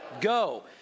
Go